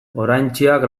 goraintziak